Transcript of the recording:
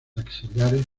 axilares